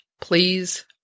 Please